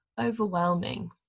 overwhelming